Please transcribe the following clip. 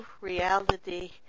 reality